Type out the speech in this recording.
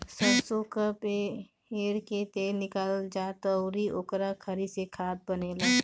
सरसो कअ पेर के तेल निकालल जाला अउरी ओकरी खरी से खाद बनेला